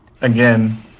again